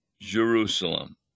Jerusalem